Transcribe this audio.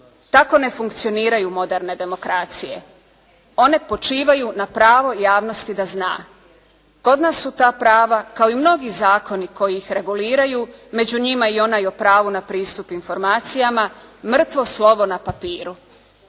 Tako ne funkcioniraju moderne demokracije. One počivaju na pravo javnosti da zna. Kod nas su ta prava kao i mnogi zakoni koji ih reguliraju, među njima i onaj o pravu na pristup informacijama, mrtvo slovo na papiru.